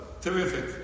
Terrific